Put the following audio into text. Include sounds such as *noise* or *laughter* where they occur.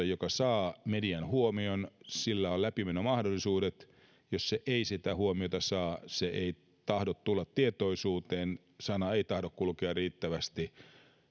*unintelligible* joka saa median huomion on läpimenomahdollisuudet jos ei sitä huomiota saa kansalaisaloite ei tahdo tulla tietoisuuteen sana ei tahdo kulkea riittävästi